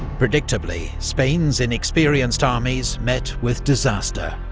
predictably, spain's inexperienced armies met with disaster